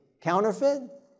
counterfeit